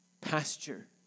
pasture